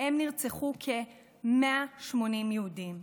שבהן נרצחו כ-180 יהודים,